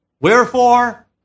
Wherefore